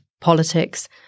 politics